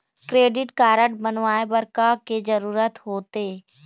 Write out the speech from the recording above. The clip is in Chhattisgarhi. क्रेडिट कारड बनवाए बर का के जरूरत होते?